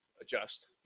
Adjust